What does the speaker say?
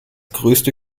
größte